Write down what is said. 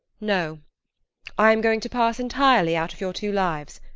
no i am going to pass entirely out of your two lives.